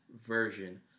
version